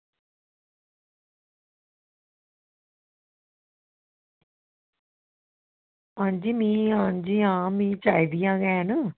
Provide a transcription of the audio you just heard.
नेईं अंजी मिगी चाही दियां गै न